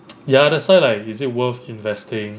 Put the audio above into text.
ya that's why like is it worth investing